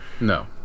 No